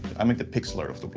i make the pixel art of the but